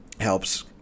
helps